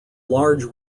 large